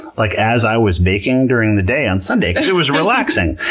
like as i was baking during the day on sunday, because it was relaxing,